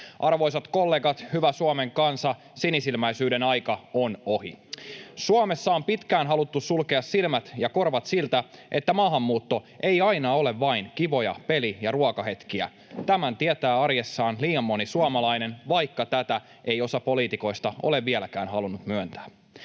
Arvoisat kollegat, hyvä Suomen kansa, sinisilmäisyyden aika on ohi. Suomessa on pitkään haluttu sulkea silmät ja korvat siltä, että maahanmuutto ei aina ole vain kivoja peli- ja ruokahetkiä. Tämän tietää arjessaan liian moni suomalainen, vaikka tätä ei osa poliitikoista ole vieläkään halunnut myöntää.